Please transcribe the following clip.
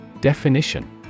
Definition